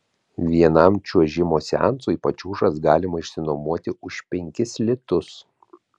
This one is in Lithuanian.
vienam čiuožimo seansui pačiūžas galima išsinuomoti už penkis litus